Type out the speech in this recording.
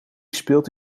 speelt